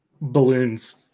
balloons